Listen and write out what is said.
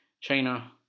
China